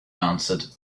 answered